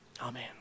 Amen